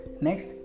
Next